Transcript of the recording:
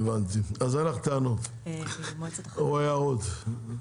אין לך טענות או הערות?